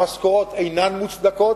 המשכורות אינן מוצדקות,